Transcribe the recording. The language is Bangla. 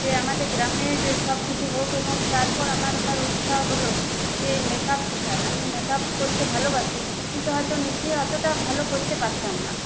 যে আমাদের গ্রামের সবকিছু হোক এবং তারপর আমার আবার উৎসাহ হলো যে মেক আপ শেখার আমি মেক আপ করতে ভালোবাসি কিন্তু হয়তো নিজে অতটা ভালো করতে পারতাম না